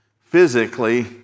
physically